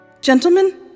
gentlemen